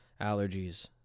allergies